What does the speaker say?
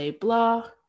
blah